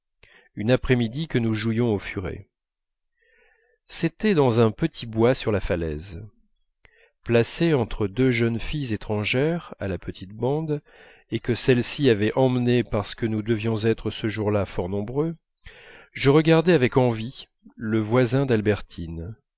une après-midi que nous jouions au furet c'était dans un petit bois sur la falaise placé entre deux jeunes filles étrangères à la petite bande et que celle-ci avait emmenées parce que nous devions être ce jour-là fort nombreux je regardais avec envie le voisin d'albertine